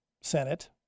Senate